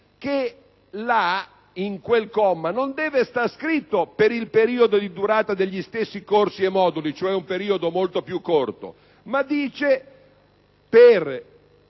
che in quel comma non deve essere scritto «per il periodo di durata degli stessi corsi e moduli» - ossia un periodo molto più corto - bensì